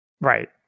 Right